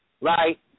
right